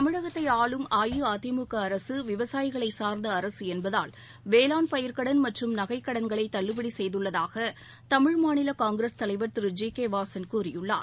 தமிழகத்தை ஆளும் அஇஅதிமுக அரசு விவசாயிகளை சார்ந்த அரசு என்பதால் வேளாண் பயிர்க்கடன் மற்றும் நகைக் கடன்கள் தள்ளுபடி செய்துள்ளதாக தமிழ் மாநில காங்கிரஸ் தலைவர் திரு ஜி கே வாசன் கூறியுள்ளார்